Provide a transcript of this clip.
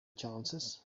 chances